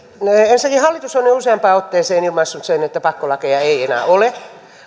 ensinnäkin hallitus on jo useampaan otteeseen ilmaissut sen että pakkolakeja ei enää ole